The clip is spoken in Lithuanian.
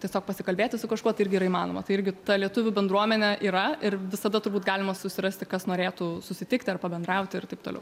tiesiog pasikalbėti su kažkuo tai irgi yra įmanoma tai irgi ta lietuvių bendruomenė yra ir visada turbūt galima susirasti kas norėtų susitikti ar pabendrauti ir taip toliau